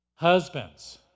Husbands